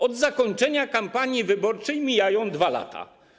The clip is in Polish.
Od zakończenia kampanii wyborczej mijają 2 lata.